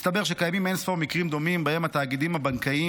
מסתבר שקיימים אין-ספור מקרים דומים שבהם התאגידים הבנקאיים